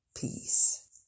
peace